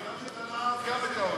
מעניש פעמיים: גם את הנער וגם את ההורים.